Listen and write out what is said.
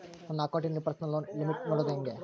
ನನ್ನ ಅಕೌಂಟಿನಲ್ಲಿ personal loan limit ನೋಡದು ಹೆಂಗೆ?